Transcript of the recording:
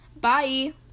Bye